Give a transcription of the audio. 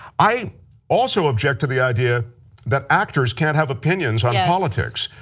i also object to the idea that actors cannot have opinions on politics.